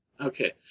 Okay